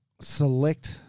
Select